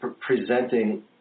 presenting